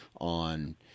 On